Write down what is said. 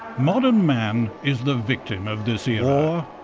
modern man is the victim of this era